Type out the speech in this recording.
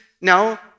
now